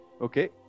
Okay